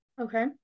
Okay